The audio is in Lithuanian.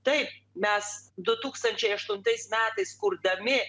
taip mes du tūkstančiai aštuntais metais kurdami